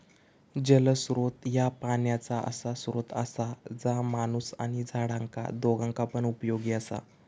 जलस्त्रोत ह्या पाण्याचा असा स्त्रोत असा जा माणूस आणि झाडांका दोघांका पण उपयोगी असा